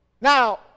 Now